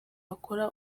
bakora